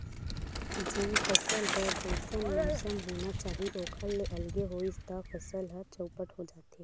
जेन फसल बर जइसन मउसम होना चाही ओखर ले अलगे होइस त फसल ह चउपट हो जाथे